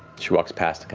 she walks past,